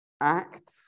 Act